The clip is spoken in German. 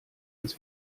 uns